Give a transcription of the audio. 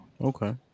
okay